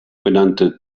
benannte